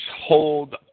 hold